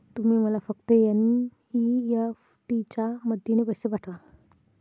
तुम्ही मला फक्त एन.ई.एफ.टी च्या मदतीने पैसे पाठवा